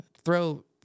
throw